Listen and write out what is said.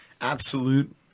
absolute